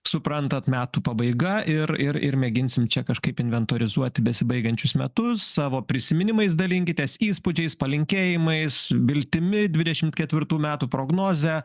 suprantat metų pabaiga ir ir ir mėginsim čia kažkaip inventorizuoti besibaigiančius metus savo prisiminimais dalinkitės įspūdžiais palinkėjimais viltimi dvidešim ketvirtų metų prognoze